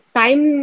time